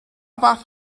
fath